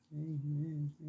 Amen